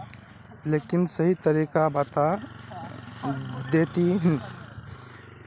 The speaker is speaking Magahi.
लेकिन सही तरीका बता देतहिन?